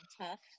tough